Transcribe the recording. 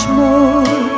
more